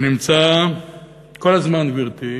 שנמצא כל הזמן, גברתי,